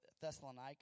Thessalonica